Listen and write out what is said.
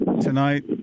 tonight